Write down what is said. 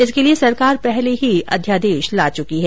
इसके लिए सरकार पहले ही अध्यादेश ला चुकी है